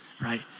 right